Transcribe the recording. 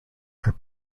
are